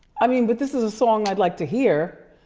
i mean, but this is a song i'd like to hear.